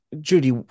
Judy